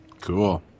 Cool